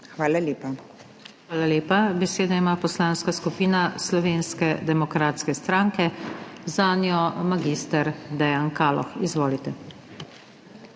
SUKIČ:** Hvala lepa. Besedo ima Poslanska skupina Slovenske demokratske stranke, zanjo mag. Dejan Kaloh. Izvolite.